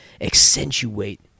accentuate